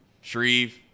Shreve